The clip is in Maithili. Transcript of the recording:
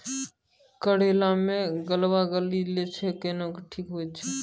करेला मे गलवा लागी जे छ कैनो ठीक हुई छै?